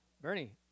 Bernie